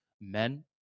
men